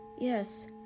Yes